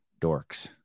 Dorks